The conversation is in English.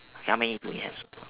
okay how many do we have